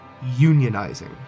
Unionizing